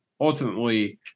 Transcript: ultimately